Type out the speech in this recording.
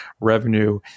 revenue